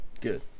good